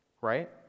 Right